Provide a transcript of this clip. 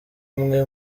umwe